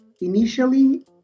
initially